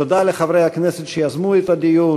תודה לחברי הכנסת שיזמו את הדיון,